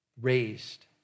Raised